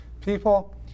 People